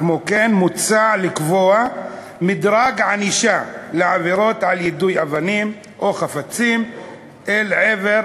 כמו כן מוצע לקבוע מדרג ענישה לעבירות על יידוי אבנים או חפצים אל עבר